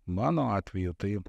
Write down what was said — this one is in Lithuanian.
mano atveju tai